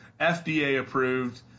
FDA-approved